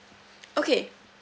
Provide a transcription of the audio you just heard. okay